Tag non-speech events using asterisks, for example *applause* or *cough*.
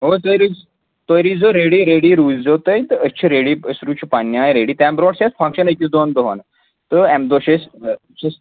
اَوا تُہۍ روٗزِ تُہۍ روٗزیو ریڈی ریڈی روٗزیو تُہۍ تہٕ أسۍ چھِ ریڈی أسۍ روٗزِ چھِ پنٛنہِ آے ریڈی تَمہِ برونٛٹھ چھِ اَسہِ فنٛگشَن أکِس دۄن دۄہَن تہٕ اَمہِ دۄہ چھِ اَسہِ *unintelligible*